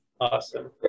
Awesome